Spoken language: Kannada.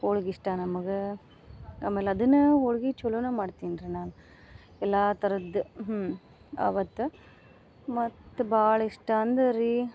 ಹೋಳ್ಗೆ ಇಷ್ಟ ನಮಗೆ ಆಮೇಲೆ ಅದನ್ನ ಹೋಳ್ಗಿ ಚಲೋನಾ ಮಾಡ್ತೀನಿ ರೀ ನಾನು ಎಲ್ಲ ಥರದ್ದ ಆವತ್ತು ಮತ್ತು ಭಾಳ್ ಇಷ್ಟ ಅಂದರ್ ರೀ